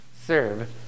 serve